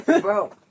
Bro